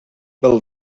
bill